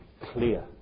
clear